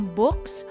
books